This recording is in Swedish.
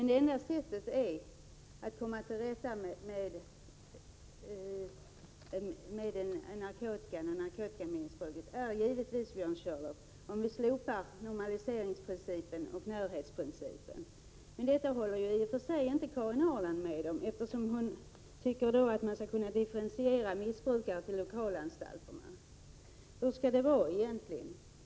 Det enda sättet att komma till rätta med narkotikamissbruket är givetvis, Björn Körlof, att slopa normaliseringsprincipen och närhetsprincipen. Men detta håller Karin Ahrland inte med om. Hon tycker att man skall kunna göra en differentiering av missbrukarna på lokalanstalterna. Hur skall det vara egentligen?